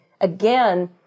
again